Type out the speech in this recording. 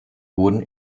wurden